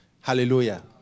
Hallelujah